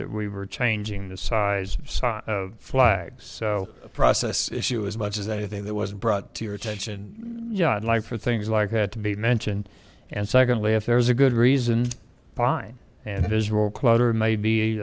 that we were changing the size of flags so process issue as much as anything that was brought to your attention in life or things like that to be mentioned and secondly if there is a good reason fine and visual clutter may be